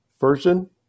version